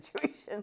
situations